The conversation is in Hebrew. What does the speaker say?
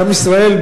עם ישראל,